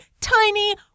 tiny